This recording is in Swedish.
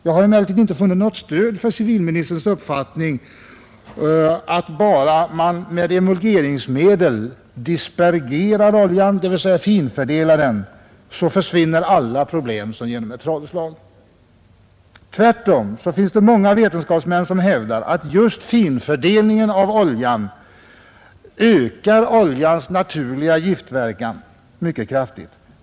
Jag har emellertid inte funnit något stöd för civilministerns uppfattning, att bara man med emulgeringsmedel dispergerar oljan, dvs. finfördelar den, försvinner alla problem som genom ett trollslag. Tvärtom finns det många vetenskapsmän som hävdar att just finfördelningen av oljan ökar oljans naturliga giftverkan mycket kraftigt.